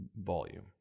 volume